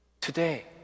today